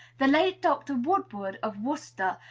the late dr. woodward, of worcester,